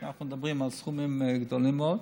שאנחנו מדברים על סכומים גדולים מאוד,